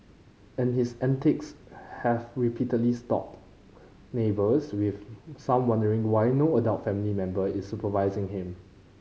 and his antics have repeatedly neighbours with some wondering why no adult family member is supervising him